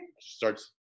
starts